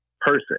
person